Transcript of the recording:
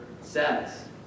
says